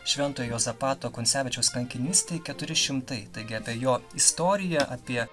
šventojo juozapato kuncevičiaus kankinystei keturi šimtai taigi apie jo istoriją apie